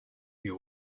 you